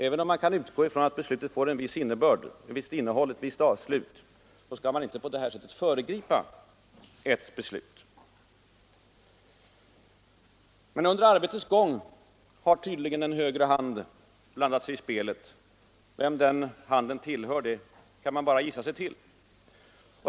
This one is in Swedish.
Även om man kan utgå ifrån att beslutet får ett visst innehåll, skall man inte på det här sättet föregripa beslutet. Men under arbetets gång har tydligen en ”högre hand” blandat sig i spelet. Vem den handen tillhör kan man bara gissa sig till.